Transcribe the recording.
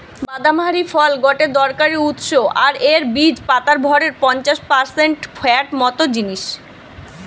বাদাম হারি ফল গটে দরকারি উৎস আর এর বীজ পাতার ভরের পঞ্চাশ পারসেন্ট ফ্যাট মত জিনিস